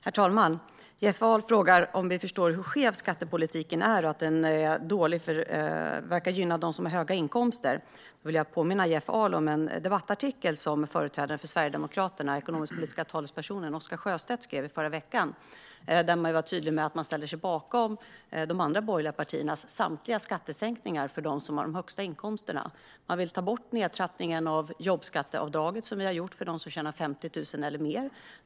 Herr talman! Jeff Ahl frågar om vi förstår hur skev skattepolitiken är. Enligt honom verkar den gynna dem som har höga inkomster. Jag vill påminna Jeff Ahl om en debattartikel som en företrädare för Sverigedemokraterna, den ekonomisk-politiska talespersonen Oscar Sjöstedt, skrev förra veckan. Där var han tydlig med att Sverigedemokraterna ställer sig bakom de andra borgerliga partiernas samtliga skattesänkningar för dem som har de högsta inkomsterna. Man vill ta bort den nedtrappning av jobbskatteavdraget som vi har gjort för dem som tjänar 50 000 eller mer.